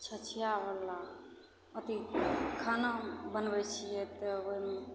छछिआवला अथी खाना बनबै छिए तब ओहिमे